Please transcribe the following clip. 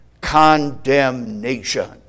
condemnation